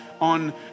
on